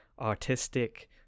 artistic